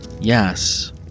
Yes